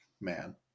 man